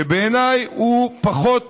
שבעיניי הוא פחות